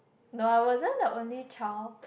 no I wasn't the only child